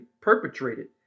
perpetrated